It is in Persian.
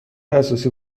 اساسی